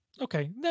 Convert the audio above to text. Okay